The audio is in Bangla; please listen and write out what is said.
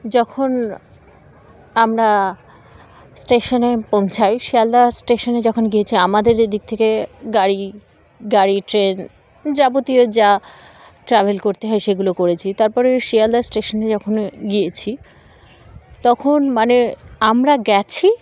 যখন আমরা স্টেশনে পৌঁছাই শিয়ালদা স্টেশনে যখন গিয়েছি আমাদের এদিক থেকে গাড়ি গাড়ি ট্রেন যাবতীয় যা ট্রাভেল করতে হয় সেগুলো করেছি তার পরে শিয়ালদা স্টেশনে যখন গিয়েছি তখন মানে আমরা গিয়েছি